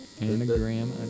Anagram